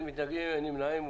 אין מתנגדים, אין נמנעים.